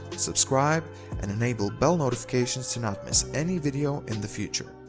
subscribe and enable bell notifications to not miss any video in the future.